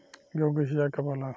गेहूं के सिंचाई कब होला?